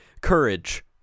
Courage